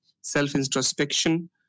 self-introspection